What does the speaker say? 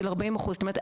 זאת אומרת,